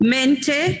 Mente